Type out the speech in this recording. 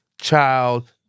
child